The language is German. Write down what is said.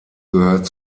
gehört